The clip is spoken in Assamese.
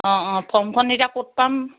অঁ অঁ ফৰ্মখন এতিয়া ক'ত পাম